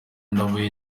nawe